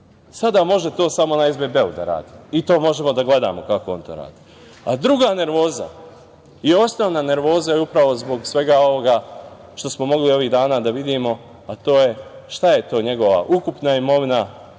Sada može to samo na SBB da radi i to možemo da gledamo kako on to radi. Druga nervoza i osnovna nervoza upravo zbog svega ovoga što smo mogli ovih dana da vidimo, a to je šta je to njegova ukupna imovina